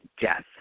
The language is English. death